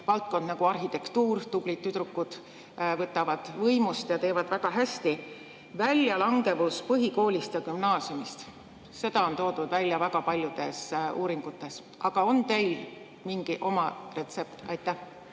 valdkond nagu arhitektuur – tublid tüdrukud võtavad võimust ja teevad [kõike] väga hästi. Väljalangemus põhikoolist ja gümnaasiumist – seda on toodud välja väga paljudes uuringutes. Aga on teil mingi oma retsept? Aitäh!